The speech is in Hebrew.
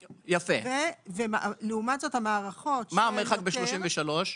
יפה, מה המרחק ב-33?